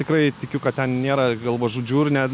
tikrai tikiu kad ten nėra galvažudžių ir net